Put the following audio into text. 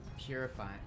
purifying